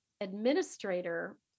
administrator